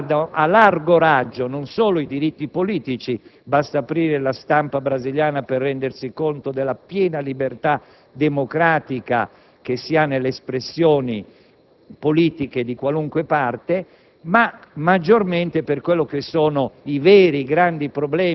il Governo Lula, vi è un'attenzione ancora maggiore. Tale attenzione riguarda, a largo raggio, non solo i diritti politici (basta aprire la stampa brasiliana per rendersi conto della piena libertà democratica che si ha nelle espressioni